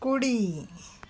కుడి